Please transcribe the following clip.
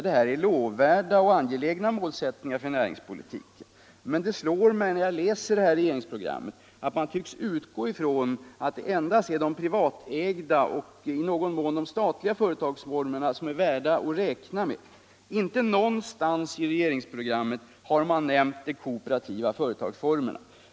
Detta är lovvärda och angelägna målsättningar för näringspolitiken. Mcn det slår mig när jag läser regeringsprogrammet att man tycks utgå från att endast de privatägda och i någon mån de statliga företagsformerna är värda att räkna med. Inte någonstans i regeringsprogrammet har man nämnt de kooperativa företagsformerna.